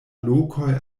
lokoj